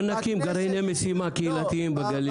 נקים גרעיני משימה קהילתיים בגליל,